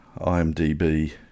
IMDb